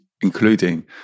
including